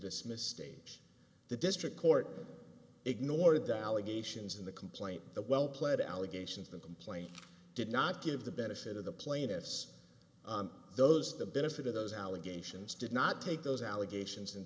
dismiss stage the district court ignored the allegations in the complaint the well pled allegations the complaint did not give the benefit of the plaintiffs those the benefit of those allegations did not take those allegations and